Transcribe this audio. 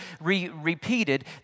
repeated